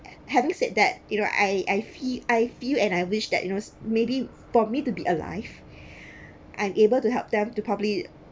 having said that you know I I fe~ I feel and I wish that you know maybe for me to be alive I'm able to help them to probably